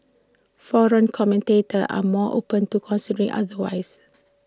foreign commentators are more open to considering otherwise